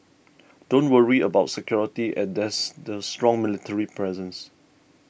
don't worry about security and there's a strong military presence